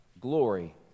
glory